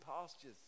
pastures